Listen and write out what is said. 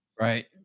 right